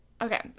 okay